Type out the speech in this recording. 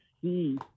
see